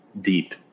deep